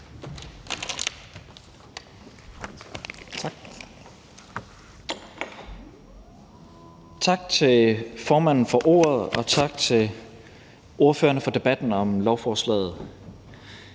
Tak til formanden for ordet, og tak til ordførerne for debatten. Det forslag,